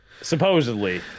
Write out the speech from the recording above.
Supposedly